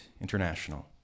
international